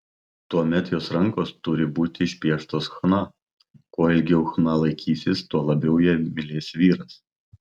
tuomet jos rankos turi būti išpieštos chna kuo ilgiau chna laikysis tuo labiau ją mylės vyras